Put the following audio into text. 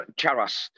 Charas